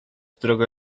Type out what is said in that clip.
drogę